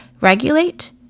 Regulate